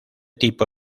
tipo